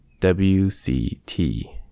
WCT